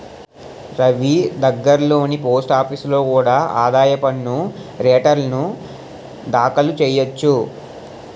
రవీ దగ్గర్లోని పోస్టాఫీసులో కూడా ఆదాయ పన్ను రేటర్న్లు దాఖలు చెయ్యొచ్చు